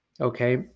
okay